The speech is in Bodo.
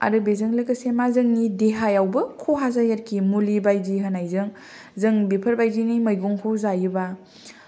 आरो बेजों लोगोसे मा जोंनि देहायावबो खहा जायो आरिखि मुलि बायदि होनायजों जों बेफोर बायदिनि मैगंखौ जायोबा